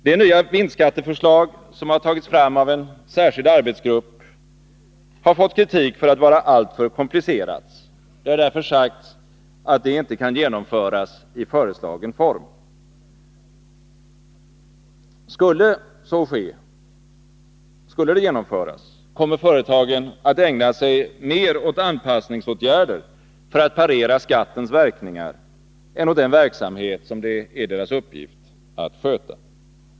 Det nya vinstskatteförslag som har tagits fram av en särskild arbetsgrupp har fått kritik för att vara alltför komplicerat. Det har därför sagts att det inte kan genomföras i föreslagen form. Skulle det genomföras, kommer företagen att ägna sig mer åt anpassningsåtgärder för att parera skattens verkningar än åt den verksamhet som det är deras uppgift att sköta.